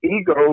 ego